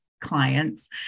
clients